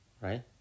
right